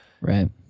Right